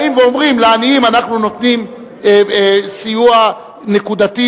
באים ואומרים: לעניים אנחנו נותנים סיוע נקודתי,